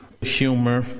humor